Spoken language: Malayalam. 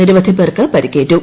നിരവധി പേർക്ക് പരിക്കേറ്റു